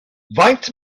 faint